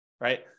Right